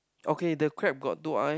okay the crab got two eye